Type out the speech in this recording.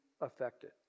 affected